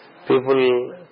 people